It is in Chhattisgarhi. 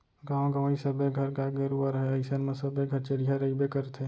गॉंव गँवई सबे घर गाय गरूवा रहय अइसन म सबे घर चरिहा रइबे करथे